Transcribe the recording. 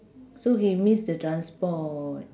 so he miss the transport